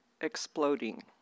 exploding